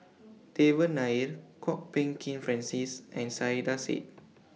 Devan Nair Kwok Peng Kin Francis and Saiedah Said